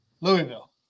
louisville